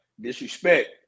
Disrespect